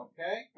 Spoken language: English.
Okay